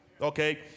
Okay